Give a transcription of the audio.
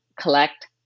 collect